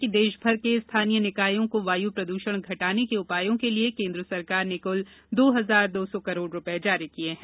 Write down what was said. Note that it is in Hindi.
गौरतलब है कि देश भर के स्थानीय निकायों को वायु प्रदूषण घटाने के उपायों के लिये केन्द्र सरकार ने कुल दो हजार दो सौ करोड़ रूपये जारी किये हैं